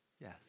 Yes